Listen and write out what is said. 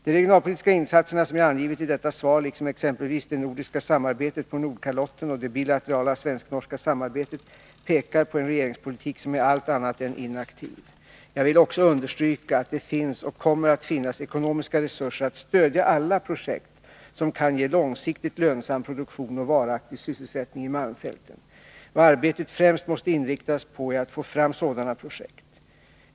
De regionalpolitiska insatserna som jag angivit i detta svar liksom exempelvis det nordiska samarbetet på Nordkalotten och det bilaterala svensk-norska samarbetet pekar på en regeringspolitik som är allt annat än inaktiv. Jag vill också understryka att det finns och kommer att finnas ekonomiska resurser att stödja alla projekt som kan ge långsiktigt lönsam produktion och varaktig sysselsättning i malmfälten. Vad arbetet främst måste inriktas på är att få fram sådana projekt.